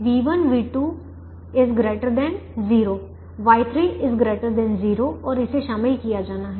Y1 Y2 Y3 v1 v2 ≥ 0 Y3 ≥ 0 और इसे शामिल किया जाना है